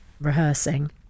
rehearsing